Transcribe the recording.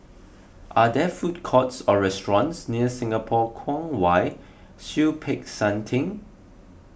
are there food courts or restaurants near Singapore Kwong Wai Siew Peck San theng